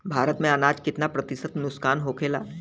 भारत में अनाज कितना प्रतिशत नुकसान होखेला?